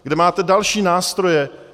Kde máte další nástroje?